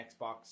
Xbox